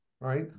right